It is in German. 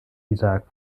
isaak